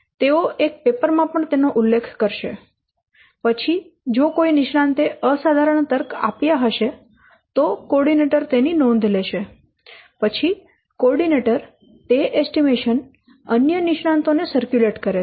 તેઓ એક પેપર માં પણ તેનો ઉલ્લેખ કરશે પછી જો કોઈ નિષ્ણાંતે અસાધારણ તર્ક આપ્યા હશે તો કો ઓર્ડિનેટર તેની નોંધ લેશે પછી કો ઓર્ડિનેટર તે એસ્ટીમેશન અન્ય નિષ્ણાંતો ને સરક્યુલેટ કરે છે